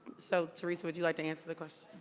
so teresa, would you like to answer the question?